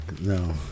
no